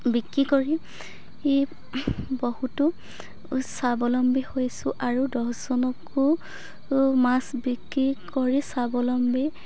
বিক্ৰী কৰি ই বহুতো স্বাৱলম্বী হৈছোঁ আৰু দহজনকো মাছ বিক্ৰী কৰি স্বাৱলম্বী